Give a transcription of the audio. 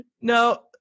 no